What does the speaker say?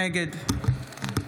נגד